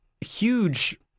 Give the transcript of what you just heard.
huge